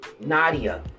Nadia